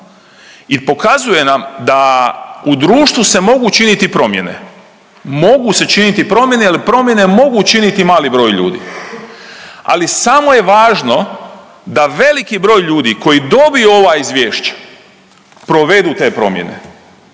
i pokazuje nam da u društvu se mogu činiti promjene, mogu se činiti promjene jer promjene mogu učiniti mali broj ljudi. Ali samo je važno da veliki broj ljudi koji dobije ova izvješća provedu te promjene,